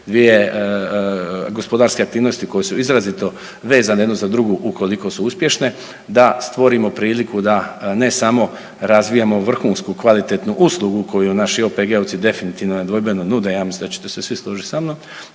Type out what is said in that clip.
dvije gospodarske aktivnosti koje su izrazito vezane jedna za drugu ukoliko su uspješne, da stvorimo priliku da ne samo razvijamo vrhunsku kvalitetnu uslugu koji naši OPG-ovci definitivno nedvojbeno nude, ja mislim da ćete se svi složiti sa mnom,